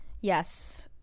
yes